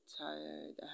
tired